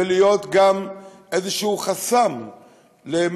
והתחייבו גם להיות גם איזשהו חסם בפני